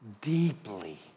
deeply